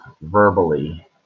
verbally